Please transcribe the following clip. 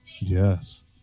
Yes